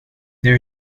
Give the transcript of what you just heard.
there